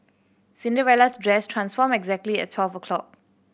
Cinderella's dress transformed exactly at twelve o'clock